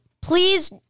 Please